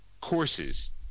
courses